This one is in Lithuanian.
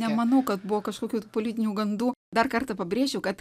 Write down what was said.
nemanau kad buvo kažkokių politinių gandų dar kartą pabrėšiu kad